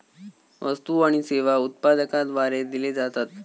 वस्तु आणि सेवा उत्पादकाद्वारे दिले जातत